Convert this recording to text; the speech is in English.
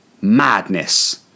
madness